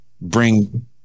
bring